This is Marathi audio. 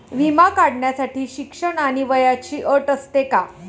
विमा काढण्यासाठी शिक्षण आणि वयाची अट असते का?